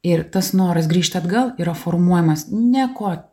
ir tas noras grįžt atgal yra formuojamas ne ko